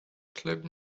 club